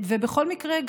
ובכל מקרה,